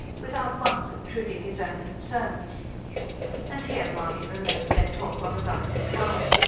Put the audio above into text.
without once obtruding his own concerns and here mahony remembered their talk on the ride to town.